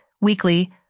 weekly